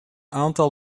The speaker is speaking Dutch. aantal